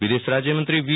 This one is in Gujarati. વિદેશ રાજયમંત્રી વી